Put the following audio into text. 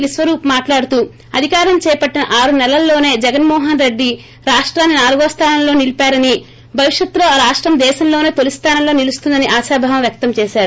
విశ్వరూప్ మాట్లాడుతూ అధికారం చేపట్టిన ఆరునెలల్లోనే జగన్మోహన్ రెడ్డి రాష్టాన్ని నాలుగో స్థానంలో నిలిపారని పేర్కొంటూ భవిష్యత్తులో రాష్టం దేశంలోనే తొలిస్థానంలో నిలుస్తుందని ఆశాభావం వ్యక్తం చేశారు